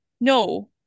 No